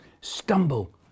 stumble